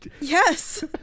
Yes